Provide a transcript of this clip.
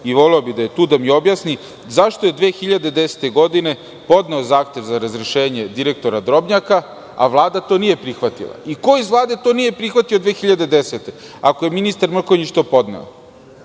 voleo bih da je tu da mi objasni - zašto je 2010. godine podneo zahtev za razrešenje direktora Drobnjaka, a Vlada to nije prihvatila? Ko iz Vlade to nije prihvatio 2010. godine, ako je ministar Mrkonjić to podneo?